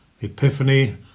Epiphany